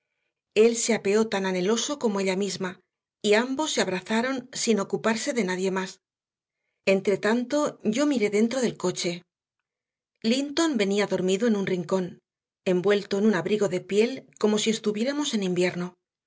él se apeó tan anheloso como ella misma y ambos se abrazaron sin ocuparse de nadie más entre tanto yo miré dentro del coche linton venía dormido en un rincón envuelto en un abrigo de piel como si estuviéramos en invierno